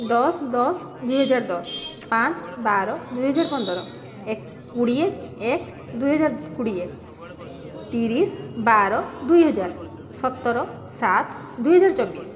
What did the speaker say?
ଦଶ ଦଶ ଦୁଇହଜାର ଦଶ ପାଞ୍ଚ ବାର ଦୁଇ ହଜାର ପନ୍ଦର ଏକ କୋଡ଼ିଏ ଏକ ଦୁଇହଜାର କୋଡ଼ିଏ ତିରିଶ ବାର ଦୁଇହଜାର ସତର ସାତ ଦୁଇହଜାର ଚବିଶ